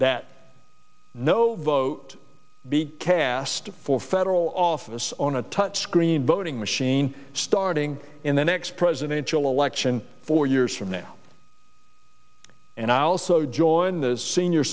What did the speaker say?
that no vote be cast for federal office on a touch screen voting machine starting in the next presidential election four years from now and i also join the senior